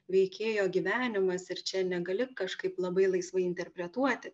veikėjo gyvenimas ir čia negali kažkaip labai laisvai interpretuoti